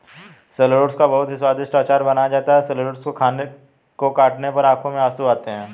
shallots का बहुत ही स्वादिष्ट अचार बनाया जाता है शैलोट्स को काटने पर आंखों में आंसू आते हैं